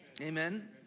Amen